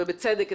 ובצדק,